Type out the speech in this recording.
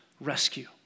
rescue